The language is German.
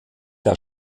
der